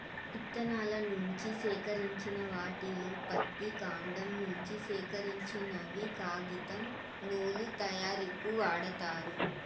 ఇత్తనాల నుంచి సేకరించిన వాటిలో పత్తి, కాండం నుంచి సేకరించినవి కాగితం, నూలు తయారీకు వాడతారు